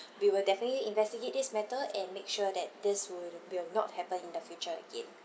we will definitely investigate this matter and make sure that this will will not happen in the future again